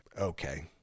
Okay